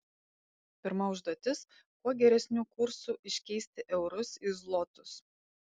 pirma užduotis kuo geresniu kursu iškeisti eurus į zlotus